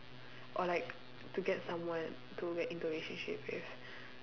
or like to get someone to get into relationship with